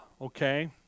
okay